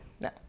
no